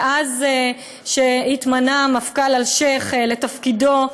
מאז שהתמנה המפכ"ל אלשיך לתפקידו,